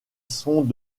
sont